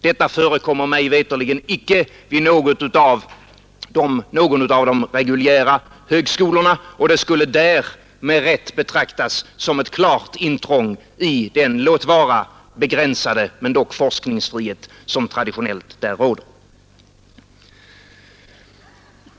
Detta förekommer mig veterligen icke vid någon av de reguljära högskolorna, och det skulle där med rätta betraktas som ett klart intrång i den, låt vara begränsade, forskningsfrihet som traditionellt där råder.